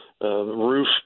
roof